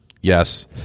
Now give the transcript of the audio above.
Yes